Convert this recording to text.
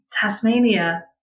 Tasmania